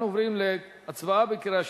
אנחנו עוברים להצבעה בקריאה שלישית,